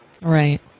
Right